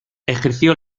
ejerció